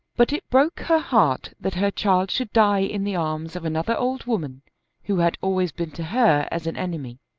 but it broke her heart that her child should die in the arms of another old woman who had always been to her as an enemy.